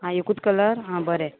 आं एकूत कलर आं बरें